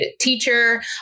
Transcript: teacher